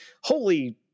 holy